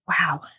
wow